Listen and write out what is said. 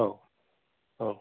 औ औ